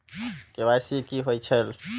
KYC कि होई छल?